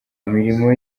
imirimo